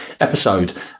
episode